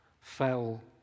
fell